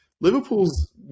Liverpool's